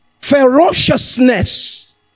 ferociousness